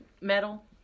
metal